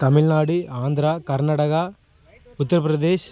Tamil Nadu Andhra Karnataka Uttar Pradesh